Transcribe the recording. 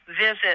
visit